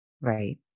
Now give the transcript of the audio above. right